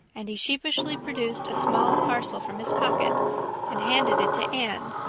and he sheepishly produced a small parcel from his pocket and handed it to anne,